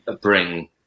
bring